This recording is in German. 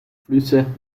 flüsse